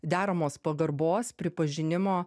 deramos pagarbos pripažinimo